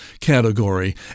category